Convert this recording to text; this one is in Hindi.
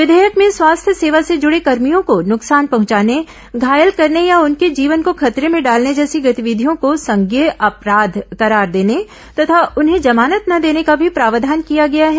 विधेयक में स्वास्थ्य सेवा से जुडे कर्मियों को नुकसान पहंचाने घायल करने या उनके जीवन को खतरे में डालने जैसी गतिविधियों को संज्ञेय अपराध करार देने तथा उन्हें जमानत न देने का भी प्रावधान किया गया है